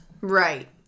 right